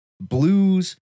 blues